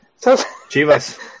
Chivas